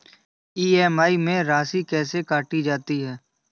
EMI में राशि कैसे काटी जाती है?